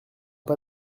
pas